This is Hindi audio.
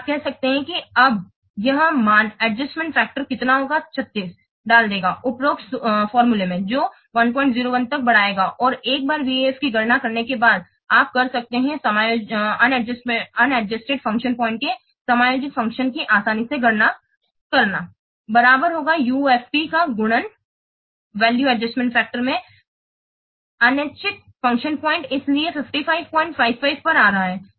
और आप कह सकते हैं कि अब यह मान एडजस्टमेंट फैक्टर कितना होगा 36 डाल देगा उपरोक्त सूत्र जो 101 तक बढ़ाएगा और एक बार VAF की गणना करने के बाद आप कर सकते हैं समायोजित फ़ंक्शन पॉइंट के समायोजित फ़ंक्शन की आसानी से गणना करना बराबर होगा UFP का गुणन वैल्यू एडजस्टमेंट फैक्टर में अनैच्छिक फ़ंक्शन पॉइंट इसलिए यह 5555 पर आ रहा है